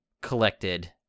collected